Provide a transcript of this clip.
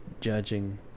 judging